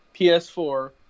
PS4